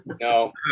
No